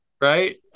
right